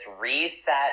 reset